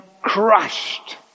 crushed